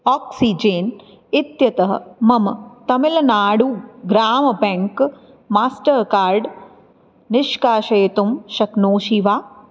oxygen इत्यतः मम तमिल्नाडुः ग्रामबेङ्क् मास्टर्कार्ड् निष्कासयितुं शक्नोषि वा